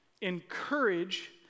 Encourage